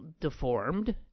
deformed